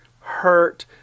hurt